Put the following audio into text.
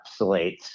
encapsulates